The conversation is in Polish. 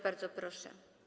Bardzo proszę.